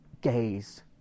gaze